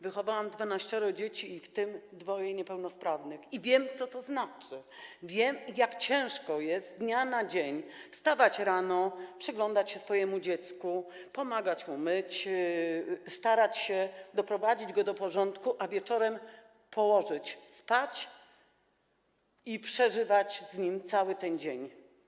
Wychowałam 12 dzieci, w tym dwoje niepełnosprawnych, i wiem, co to znaczy, wiem, jak ciężko jest z dnia na dzień wstawać rano, przyglądać się swojemu dziecku, pomagać mu się myć, starać się doprowadzić je do porządku, a wieczorem położyć spać, przeżywać z nim cały ten dzień.